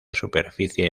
superficie